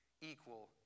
equal